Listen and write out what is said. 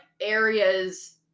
areas